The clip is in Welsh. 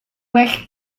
well